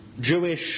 Jewish